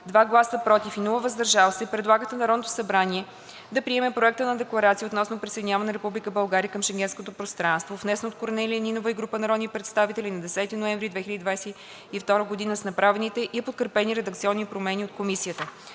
2 гласа „против“, без гласове „въздържал се“ предлага на Народното събрание да приеме Проект на декларация относно присъединяването на Република България към Шенгенското пространство, № 48-254-03-2, внесен от Корнелия Петрова Нинова и група народни представители на 10 ноември 2022 г., с направените и подкрепени редакционни промени от Комисията.“